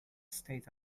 stayed